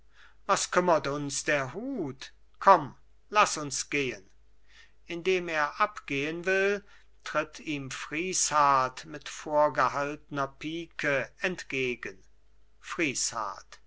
was kümmert uns der hut komm lass uns gehen indem er abgehen will tritt ihm friesshardt mit vorgehaltner pike entgegen